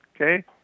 okay